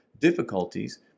difficulties